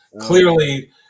Clearly